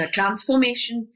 Transformation